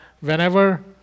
whenever